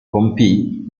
compì